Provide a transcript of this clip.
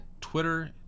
Twitter